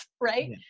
right